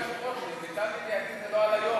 אדוני היושב-ראש, למיטב ידיעתי, זה לא על היום.